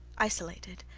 isolated,